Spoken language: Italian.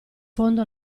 fondo